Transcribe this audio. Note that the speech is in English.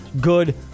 good